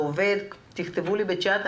תכתבו לי בצ'ט,